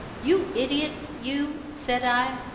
you idiots, you said i,